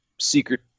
secret